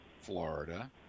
Florida